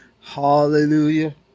Hallelujah